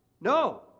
No